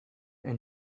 and